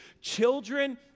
children